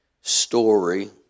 story